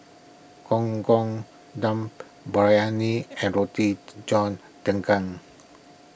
Gong Gong Dum Briyani and Roti John Daging